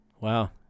Wow